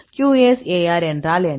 QSAR என்றால் என்ன